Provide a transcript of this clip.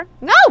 No